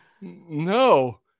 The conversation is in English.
no